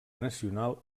nacional